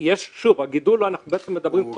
--- יש שיתוף פעולה עם